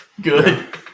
Good